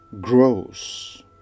grows